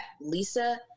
Lisa